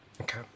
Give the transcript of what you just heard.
okay